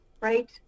right